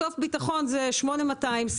בסוף ביטחון זה 8200,